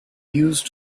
use